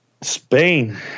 spain